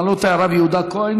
אם אני לא טועה הרב יהודה כהן,